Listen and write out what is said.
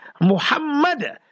Muhammad